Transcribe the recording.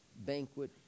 banquet